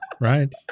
right